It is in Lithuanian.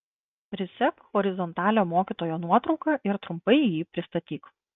prisek horizontalią mokytojo nuotrauką ir trumpai jį pristatyk